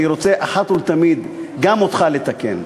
אני רוצה אחת ולתמיד גם אותך לתקן.